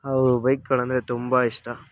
ಅವು ಬೈಕ್ಗಳಂದರೆ ತುಂಬ ಇಷ್ಟ